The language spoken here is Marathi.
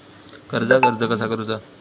कर्जाक अर्ज कसा करुचा?